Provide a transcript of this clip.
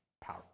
Power